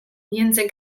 między